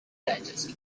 digest